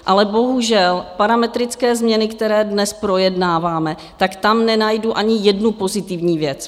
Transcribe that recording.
Ale bohužel parametrické změny, které dnes projednáváme, tak tam nenajdu ani jednu pozitivní věc.